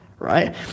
Right